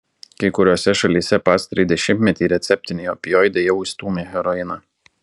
kai kuriose šalyse pastarąjį dešimtmetį receptiniai opioidai jau išstūmė heroiną